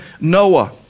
Noah